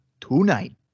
tonight